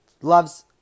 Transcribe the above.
loves